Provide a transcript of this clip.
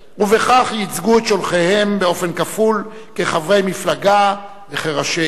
ובכך ייצגו את שולחיהם באופן כפול: כחברי מפלגה וכראשי עיר.